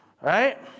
Right